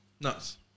Nuts